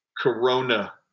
Corona